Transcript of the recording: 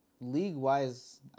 League-wise